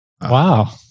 Wow